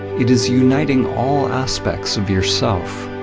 it is uniting all aspects of yourself.